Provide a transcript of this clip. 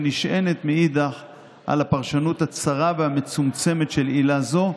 ונשענת מאידך גיסא על הפרשנות הצרה והמצומצמת של עילה זו,